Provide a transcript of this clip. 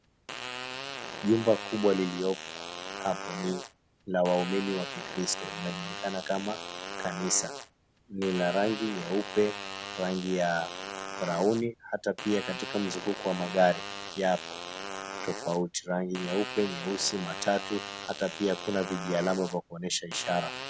Jumba kubwa liliopo hapo ni la waumini wa kikristo. Linajulikana kama kanisa ni la rangi nyeupe, rangi ya brauni hata pia katika mzunguko wa magari yapo tofauti rangi nyeupe, nyeusi, matatu hata pia kuna vijialama vya kuonyesha ishara.